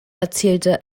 erzielte